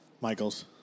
Michaels